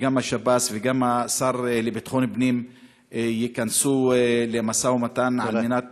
שגם השב"ס וגם השר לביטחון הפנים ייכנסו למשא ומתן על מנת